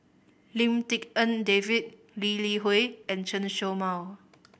Lim Tik En David Lee Li Hui and Chen Show Mao